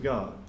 God